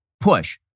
push